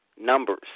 numbers